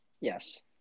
Yes